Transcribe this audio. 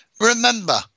remember